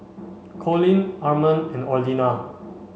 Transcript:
Colin Armand and Orlena